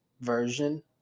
version